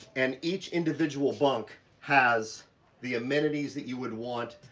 and each individual bunk has the amenities that you would want,